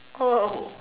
oh